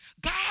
God